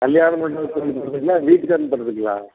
கல்யாண மண்டபத்துக்கு வந்து கொடுக்கட்டுங்களா வீட்டுக்கே வந்து தரட்டுங்களா